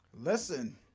Listen